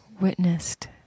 witnessed